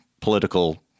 political